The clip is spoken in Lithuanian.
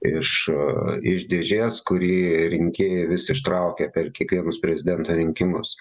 iš iš dėžės kurį rinkėjai vis ištraukia per kiekvienus prezidento rinkimus